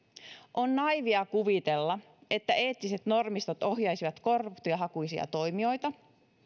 on naiivia kuvitella että eettiset normistot ohjaisivat korruptiohakuisia toimijoita